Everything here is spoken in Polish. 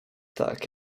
tak